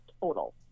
total